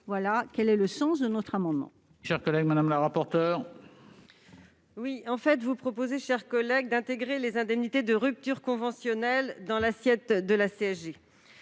sociales. Tel est le sens de notre amendement.